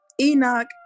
Enoch